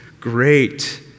great